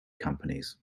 companies